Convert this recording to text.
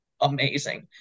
amazing